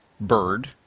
bird